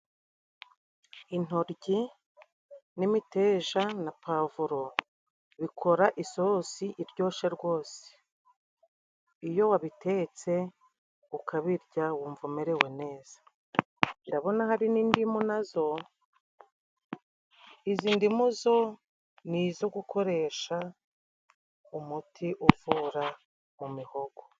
Intoryi n'imiteja na pavuro bikora isosi iryoshye rwose. Iyo wabitetse ukabirya, wumva umerewe neza. Ndabona hari n'indimu na zo, izi ndimu zo, ni izo gukoresha umuti uvura mu mihogo.